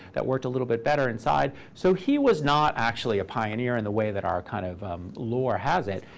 that worked a little bit better inside, so he was not actually a pioneer in the way that our kind of um lore has it.